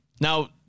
now